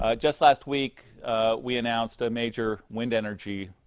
ah just last week we announced a major wind energy